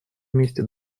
вместе